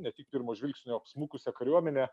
ne tik pirmo žvilgsnio apsmukusia kariuomene